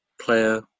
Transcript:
player